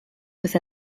with